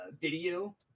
video